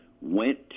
went